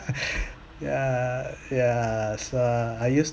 yeah yeah so I used